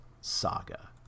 saga